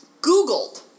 Googled